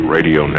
Radio